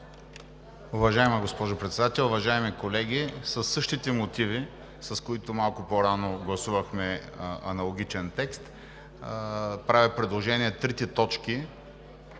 Уважаема госпожо Председател, уважаеми колеги! Със същите мотиви, с които малко по-рано гласувахме аналогичен текст, правя предложение трите точки